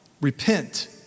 Repent